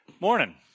Morning